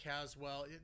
Caswell